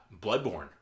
Bloodborne